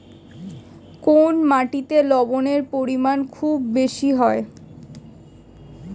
কোন মাটিতে লবণের পরিমাণ খুব বেশি?